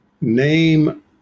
Name